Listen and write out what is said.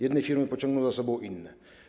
Jedne firmy pociągną za sobą inne.